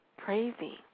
Crazy